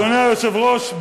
אדוני היושב-ראש,